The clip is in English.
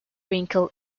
wrinkle